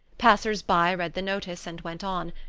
passers by read the notice and went on.